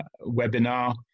webinar